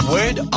Word